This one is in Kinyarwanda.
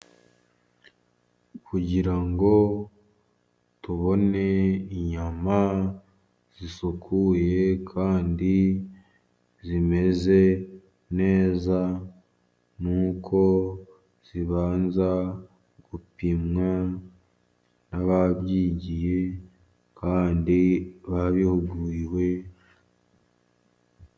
Kugira ngo tubone inyama zisukuye kandi zimeze neza, ni uko zibanza gupimwa n'ababyigiye kandi babihuguriwe.